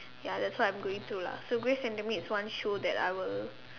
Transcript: ya that's why I am going to lah so Grace and the maids one show that I will